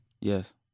Yes